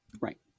Right